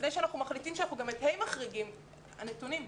לפני שאנחנו מחליטים שגם את כיתות ה' אנחנו מחריגים נראה את הנתונים.